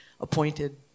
appointed